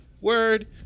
Word